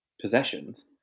possessions